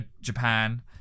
Japan